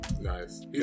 Nice